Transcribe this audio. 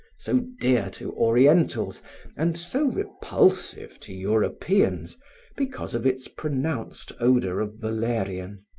so dear to orientals and so repulsive to europeans because of its pronounced odor of valerian.